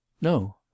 no